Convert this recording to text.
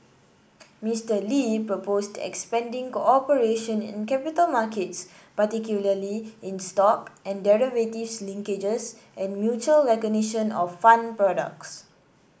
Mister Lee proposed expanding cooperation in capital markets particularly in stock and derivatives linkages and mutual recognition of fund products